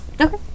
Okay